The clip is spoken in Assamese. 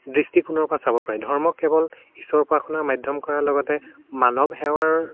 দৃষ্টিকোণৰ পৰা চাব পাৰি ধৰ্ম কেৱল ঈশ্বৰ উপাসনাৰ মাধ্যম কৰাৰ লগতে মানৱ সেৱাৰ